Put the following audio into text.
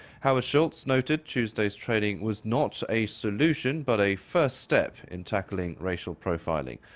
howard schultz noted tuesday's training was not a solution, but a first step in tackling racial profiling.